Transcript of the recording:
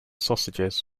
sausages